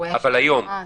אבל היום.